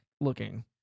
looking